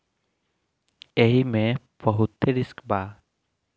एईमे बहुते रिस्क बा